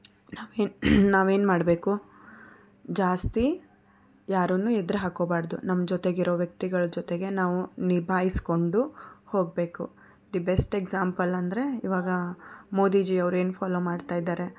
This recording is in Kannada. ನಾವೇನು ನಾವೇನು ಮಾಡಬೇಕು ಜಾಸ್ತಿ ಯಾರನ್ನು ಎದ್ರು ಹಾಕ್ಕೊಳ್ಬಾರ್ದು ನಮ್ಮ ಜೊತೆಗೆ ಇರೋ ವ್ಯಕ್ತಿಗಳ ಜೊತೆಗೆ ನಾವು ನಿಭಾಯಿಸಿಕೊಂಡು ಹೋಗಬೇಕು ದಿ ಬೆಸ್ಟ್ ಎಕ್ಸಾಂಪಲ್ ಅಂದರೆ ಈವಾಗ ಮೋದೀಜಿ ಅವರು ಏನು ಫಾಲೋ ಮಾಡ್ತಾಯಿದ್ದಾರೆ